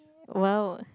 !wow!